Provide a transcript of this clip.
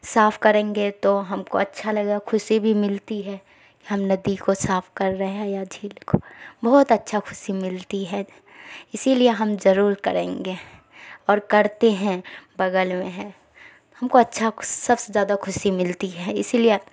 صاف کریں گے تو ہم کو اچھا لگا خوشی بھی ملتی ہے ہم ندی کو صاف کر رہے ہیں یا جھیل کو بہت اچھا خوشی ملتی ہے اسی لیے ہم ضرور کریں گے اور کرتے ہیں بغل میں ہے ہم کو اچھا سب سے زیادہ خوشی ملتی ہے اسی لیے